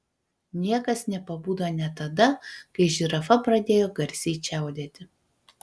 niekas nepabudo net tada kai žirafa pradėjo garsiai čiaudėti